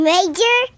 Major